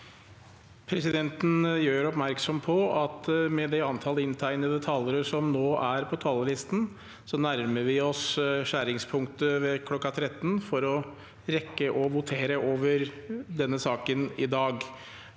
Presidenten gjør oppmerk- som på at med det antall inntegnede talere som nå er på talerlisten, nærmer vi oss skjæringspunktet kl. 13 for å rekke å votere over denne saken i dag.